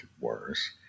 worse